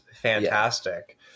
fantastic